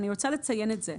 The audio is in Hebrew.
ואני רוצה לציין את זה.